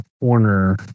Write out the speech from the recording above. corner